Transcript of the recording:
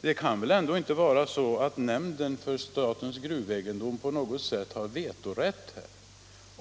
Det kan väl ändå inte vara så att nämnden för statens gruvegendom på något sätt har vetorätt i den här frågan?